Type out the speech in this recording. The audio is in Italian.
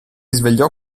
svegliò